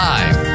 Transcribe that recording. Live